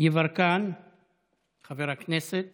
חבר הכנסת